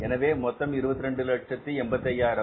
எனவே மொத்தம் 2285000